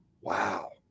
wow